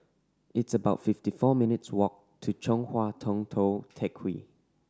it's about fifty four minutes' walk to Chong Hua Tong Tou Teck Hwee